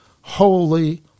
holy